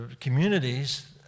communities